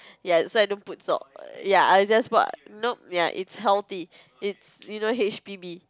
ya so I don't put salt ya I just put nope ya it's healthy it's you know H_P_B